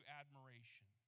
admiration